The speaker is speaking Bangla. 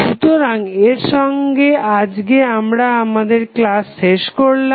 সুতরাং এর সঙ্গে আজ আমরা আমাদের ক্লাস শেষ করলাম